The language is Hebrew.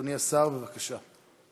אדוני השר, בבקשה.